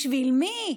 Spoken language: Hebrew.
בשביל מי?